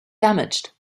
damaged